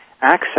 access